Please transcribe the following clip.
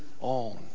on